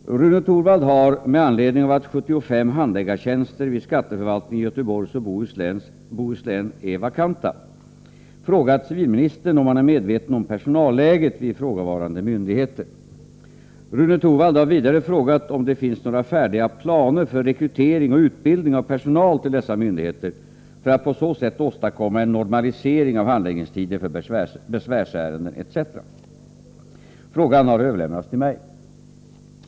Herr talman! Rune Torwald har — med anledning av att 75 handläggartjänster vid skatteförvaltningen i Göteborgs och Bohus län är vakanta — frågat civilministern om han är medveten om personalläget vid ifrågavarande myndigheter. Rune Torwald har vidare frågat om det finns några färdiga planer för rekrytering och utbildning av personal till dessa myndigheter för att på så sätt åstadkomma en normalisering av handläggningstider för besvärsärenden etc. Frågan har överlämnats till mig.